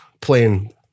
playing